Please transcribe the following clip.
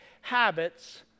habits